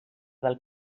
del